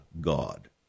God